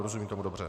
Rozumím tomu dobře?